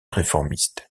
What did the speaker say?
réformiste